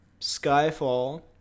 Skyfall